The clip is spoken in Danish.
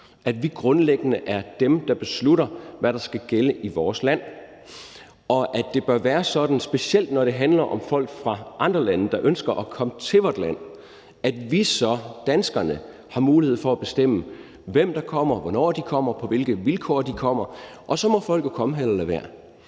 at vi grundlæggende er dem, der beslutter, hvad der skal gælde i vores land, og at det bør være sådan, specielt når det handler om folk fra andre lande, der ønsker at komme til vores land, at vi, danskerne, så har mulighed for at bestemme, hvem der kommer, hvornår de kommer, og på hvilke vilkår de kommer, og så må folk jo komme her eller lade